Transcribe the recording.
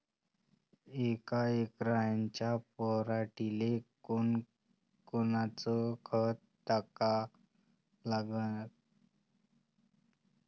यका एकराच्या पराटीले कोनकोनचं खत टाका लागन?